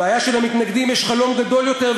הבעיה היא שלמתנגדים יש חלום גדול יותר,